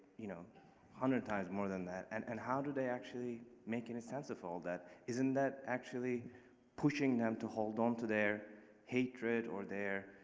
you know, one hundred times more than that and and how do they actually make any sense of all that? isn't that actually pushing them to hold onto their hatred or their,